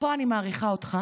פה אני מעריכה אותך